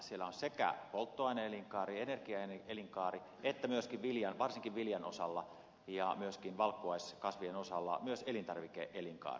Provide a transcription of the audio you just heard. siellä on sekä polttoaine elinkaari ja energiaelinkaari että myöskin varsinkin viljan osalla ja myöskin valkuaiskasvien osalla elintarvike elinkaari